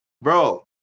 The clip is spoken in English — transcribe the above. bro